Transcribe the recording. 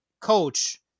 coach